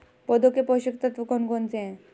पौधों के पोषक तत्व कौन कौन से हैं?